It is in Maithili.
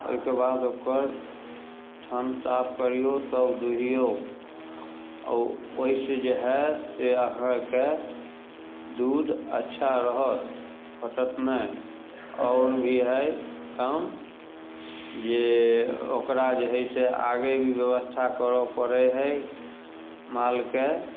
ओहिके बाद ओकर थन साफ करिऔ तब दुहिऔ ओ ओहिसँ जे हइ से अहाँके दूध अच्छा रहत फटत नहि आओर भी हइ काम जे ओकरा जे हइ से आगे भी बेबस्था करऽ पड़ै हइ मालके